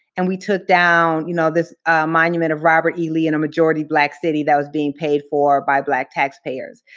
and we took down, you know, this monument of robert e. lee in a majority black city that was being paid for by black taxpayers.